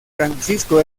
francisco